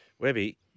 Webby